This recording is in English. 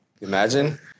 Imagine